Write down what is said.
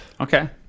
Okay